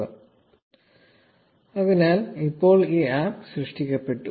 0244 അതിനാൽ ഇപ്പോൾ ഈ ആപ്പ് സൃഷ്ടിച്ചു